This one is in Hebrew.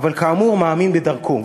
אבל כאמור מאמין בדרכו.